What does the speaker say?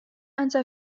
أنت